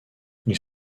ils